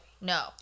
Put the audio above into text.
no